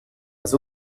das